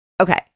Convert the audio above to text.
okay